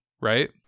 right